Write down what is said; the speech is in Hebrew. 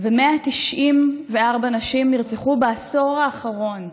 ו-194 נשים נרצחו בעשור האחרון,